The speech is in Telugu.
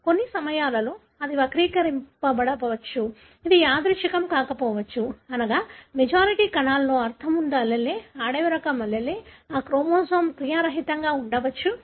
కొన్ని సమయాల్లో అది వక్రీకరించబడవచ్చు ఇది యాదృచ్ఛికం కాకపోవచ్చు అనగా మెజారిటీ కణాలలో అర్థం ఉండే allele అడవి రకం allele ఆ క్రోమోజోమ్ క్రియారహితంగా ఉండవచ్చు